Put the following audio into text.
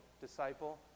disciple